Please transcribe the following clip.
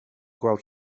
gweld